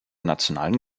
nationalen